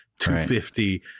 250